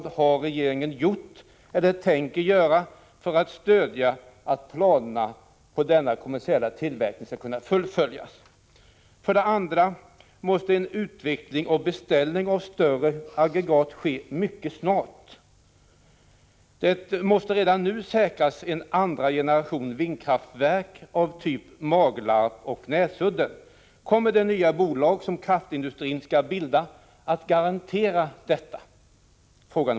Vad har regeringen gjort och vad tänker regeringen göra för att stödja planerna när det gäller att fullfölja denna kommersiella tillverkning? För det andra måste en utveckling ske och en beställning göras mycket snart när det gäller större aggregat. Redan nu måste en andra generationens vindkraftverk säkras — typ Maglarp och Näsudden. Kommer det nya bolag som kraftindustrin skall bilda att garantera detta?